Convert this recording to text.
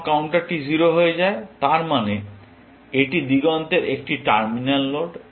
যখন কাউন্টারটি 0 হয়ে যায় তার মানে এটি দিগন্তের একটি টার্মিনাল নোড